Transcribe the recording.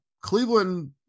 Cleveland